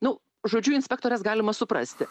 nu žodžiu inspektores galima suprasti